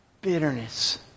Bitterness